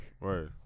Right